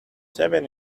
seven